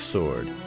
Sword